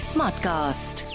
Smartcast